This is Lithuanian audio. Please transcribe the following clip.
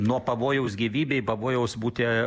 nuo pavojaus gyvybei pavojaus būti